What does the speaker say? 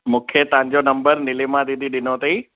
मूंखे तव्हांजो नम्बर नीलिमा दीदी ॾिनो अथईं